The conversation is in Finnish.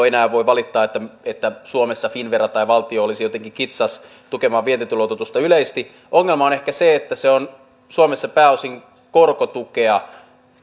enää voi valittaa että että suomessa finnvera tai valtio olisi jotenkin kitsas tukemaan vientiluototusta yleisesti ongelma on ehkä se että se on suomessa pääosin korkotukea